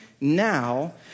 now